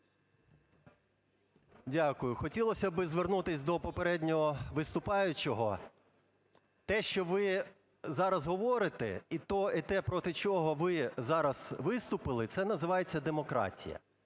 Дякую. Хотілося би звернутись до попереднього виступаючого. Те, що ви зараз говорите, і те, проти чого ви зараз виступили, це називається демократія.